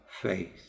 faith